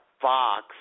fox